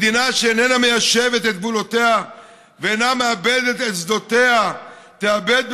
מדינה שאיננה מיישבת את גבולותיה ואיננה מעבדת את שדותיה תאבד,